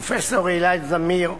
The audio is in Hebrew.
פרופסור איל זמיר,